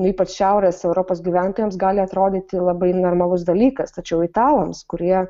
ypač šiaurės europos gyventojams gali atrodyti labai normalus dalykas tačiau italams kurie